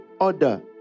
order